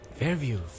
fairview